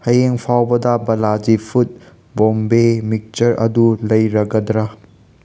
ꯍꯌꯦꯡ ꯐꯥꯎꯕꯗ Balaji food Bombay mixture ꯑꯗꯨ ꯂꯩꯔꯒꯗ꯭ꯔꯥ